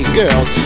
girls